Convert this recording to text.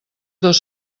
dos